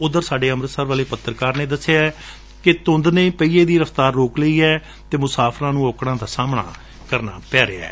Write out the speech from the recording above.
ਉਧਰ ਸਾਡੇ ਐਮ੍ਰਿਤਸਰ ਵਾਲੇ ਪੱਤਰਕਾਰ ਨੇ ਦਸਿਐ ਕਿ ਧੂੰਦ ਦੇ ਕਾਰਨ ਰਫ਼ਤਾਰ ਰੋਕ ਲਈ ਏ ਅਤੇ ਮੁਸਾਫ਼ਰਾਂ ਨੂੰ ਔਕੜਾਂ ਦਾ ਸਾਹਮਣਾ ਕਰਨਾ ਪੈ ਰਿਹੈ